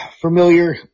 familiar